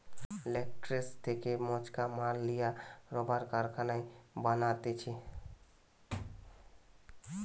latex থেকে মকাঁচা মাল লিয়া রাবার কারখানায় বানাতিছে